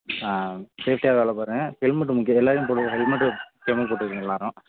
சேஃப்டியாக வேலை பாருங்க ஹெல்மெட்டு முக்கியம் எல்லோரையும் போட ஹெல்மெட்டு ஹெல்மெட் போட்டுக்கங்க எல்லோரும்